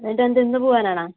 എന്നിട്ടെന്താണ് ഇന്നു പോകുവാനാണോ